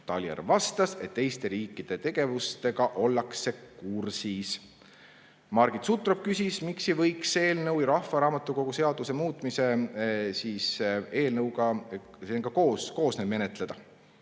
Talihärm vastas, et teiste riikide tegevusega ollakse kursis. Margit Sutrop küsis, miks ei võiks seda eelnõu rahvaraamatukogu seaduse muutmise eelnõuga koos menetleda.